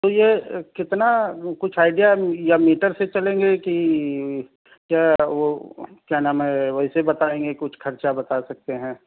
تو یہ کتنا کچھ آئڈیا یا میٹر سے چلیں گے کہ یا وہ کیا نام ہے ویسے بتائیں گے کچھ خرچہ بتا سکتے ہیں